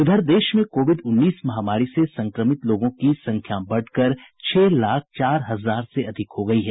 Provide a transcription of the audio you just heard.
इधर देश में कोविड उन्नीस महामारी से संक्रमित लोगों की संख्या बढ़कर छह लाख चार हजार से अधिक हो गयी है